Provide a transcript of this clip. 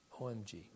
Omg